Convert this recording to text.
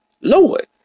Lord